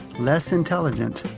less intelligent.